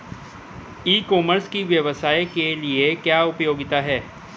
E commerce की व्यवसाय के लिए क्या उपयोगिता है?